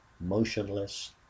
motionless